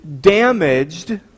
damaged